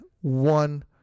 one